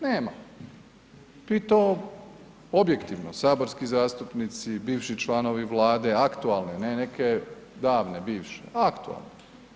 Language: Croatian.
Nema i to objektivno, saborski zastupnici, bivši članovi Vlade, aktualne, ne neke davne bivše, aktualne.